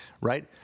right